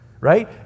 right